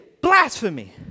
blasphemy